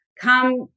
come